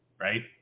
right